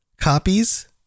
copies